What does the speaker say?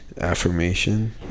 affirmation